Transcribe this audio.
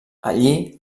allí